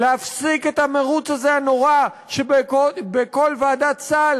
להפסיק את המירוץ הנורא הזה שבכל ועדת סל